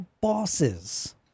bosses